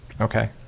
Okay